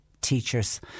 teachers